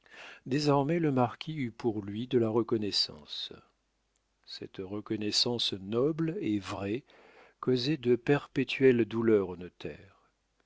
désormais le marquis eut pour lui de la reconnaissance cette reconnaissance noble et vraie causait de perpétuelles douleurs au